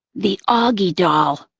the auggie doll